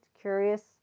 curious